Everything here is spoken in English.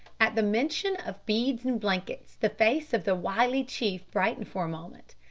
at the mention of beads and blankets the face of the wily chief brightened for a moment.